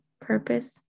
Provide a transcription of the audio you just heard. purpose